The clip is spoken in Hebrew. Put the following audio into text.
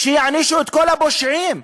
שיענישו את כל הפושעים,